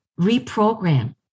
reprogram